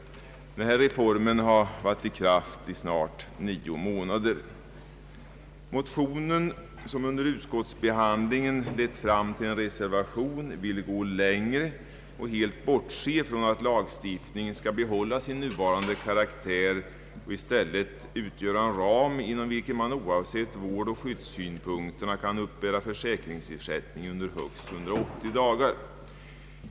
Reformen har nu varit i kraft snart nio månader. Motionerna, som under utskottsbehandlingen lett fram till en reservation, vill gå längre och helt bortse från att lagstiftningen skall behålla sin nuvarande karaktär. Motionärerna vill att den i stället skall utgöra en ram inom vilken man oavsett vårdoch skyddssynpunkterna kan uppbära försäkringsersättning under högst 180 dagar.